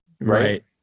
right